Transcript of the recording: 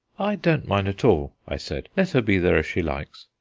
i don't mind at all, i said let her be there if she likes.